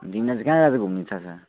तिमीलाई चाहिँ कहाँ कहाँ चाहिँ घुम्न इच्छा छ